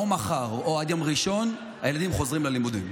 או מחר או עד יום ראשון הילדים חוזרים ללימודים,